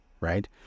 right